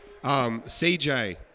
CJ